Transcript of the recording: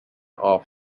off